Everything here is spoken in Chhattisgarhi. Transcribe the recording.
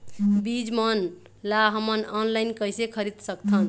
बीज मन ला हमन ऑनलाइन कइसे खरीद सकथन?